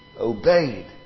obeyed